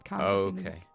okay